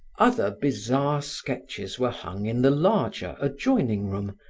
other bizarre sketches were hung in the larger, adjoining room,